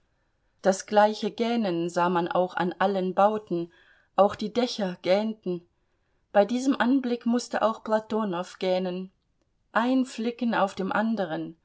das gleiche gähnen sah man auch an allen bauten auch die dächer gähnten bei diesem anblick mußte auch platonow gähnen ein flicken auf dem anderen